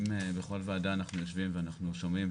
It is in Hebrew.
אם בכל ועדה אנחנו יושבים ואנחנו שומעים